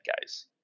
guys